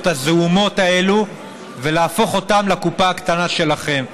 הזעומות האלה ולהפוך אותן לקופה הקטנה שלכם.